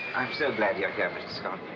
i'm so glad you're here, mr. scott.